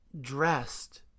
dressed